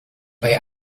bei